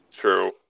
True